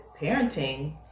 parenting